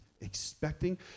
expecting